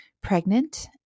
pregnant